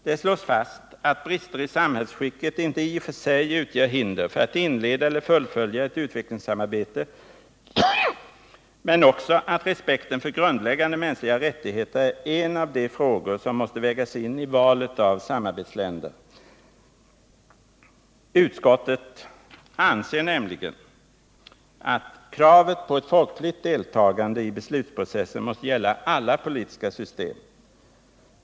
Det slås fast att brister i samhällsskicket inte i och för sig utgör hinder för att inleda eller fullfölja ett utvecklingssamarbete, men också att respekten för grundläggande mänskliga rättigheter är en av de frågor som måste vägas in i valet av samarbetsländer. Utskottet anser nämligen att kravet på ett folkligt deltagande i beslutsprocessen måste gälla alla politiska system.